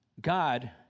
God